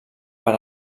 per